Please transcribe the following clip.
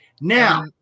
Now